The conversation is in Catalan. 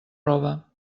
roba